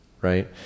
right